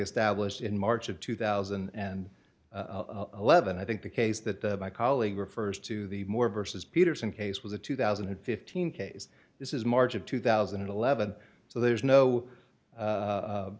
established in march of two thousand and eleven i think the case that my colleague refers to the more vs peterson case was a two thousand and fifteen case this is march of two thousand and eleven so there's no